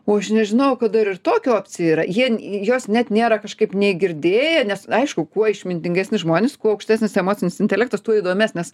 o aš nežinojau kad dar ir tokia opcija yra jie jos net nėra kažkaip nei girdėję nes aišku kuo išmintingesni žmonės kuo aukštesnis emocinis intelektas tuo įdomesnės